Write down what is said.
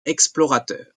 explorateur